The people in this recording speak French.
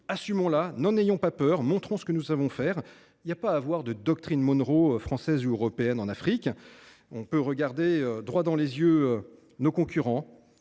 Assumons la, n’en ayons pas peur, montrons ce que nous savons faire ! Il n’y a pas à avoir de « doctrine Monroe » française ou européenne en Afrique. On peut regarder droit dans les yeux nos concurrents